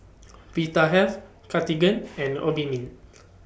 Vitahealth Cartigain and Obimin